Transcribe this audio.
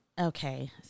Okay